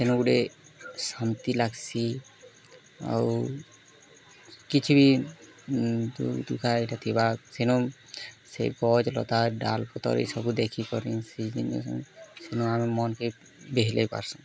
ସେନୁ ଗୁଟେ ଶାନ୍ତି ଲାଗ୍ସି ଆଉ କିଛି ବି ଦୁଃଖା ଇଟା ଥିବା ସେନୁ ସେ ଗଛ୍ ଲତା ଡ଼ାଲ୍ ପତର୍ ଇସବୁ ଦେଖିକରି ସେ ଜିନିଷ୍ନୁ ସେନୁ ଆମେ ମନ୍କେ ବିହିଲେଇ ପାର୍ସୁଁ